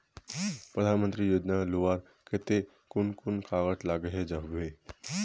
प्रधानमंत्री योजना लुबार केते कुन कुन कागज लागोहो होबे?